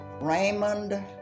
Raymond